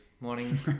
Morning